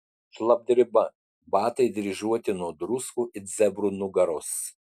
šlapdriba batai dryžuoti nuo druskų it zebrų nugaros